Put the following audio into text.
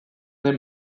den